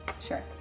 Sure